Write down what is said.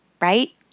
right